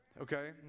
Okay